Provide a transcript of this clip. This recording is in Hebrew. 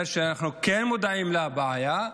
אנחנו כן מודעים לבעיה,